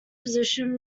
position